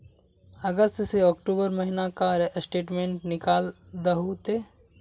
अगस्त से अक्टूबर महीना का स्टेटमेंट निकाल दहु ते?